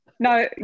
No